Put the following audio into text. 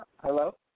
Hello